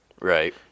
Right